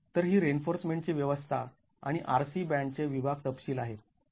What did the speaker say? तर ही रिइन्फोर्समेंटची व्यवस्था आणि RC बॅन्डचे विभाग तपशील आहेत